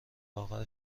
لاغر